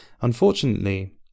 Unfortunately